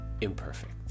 imperfect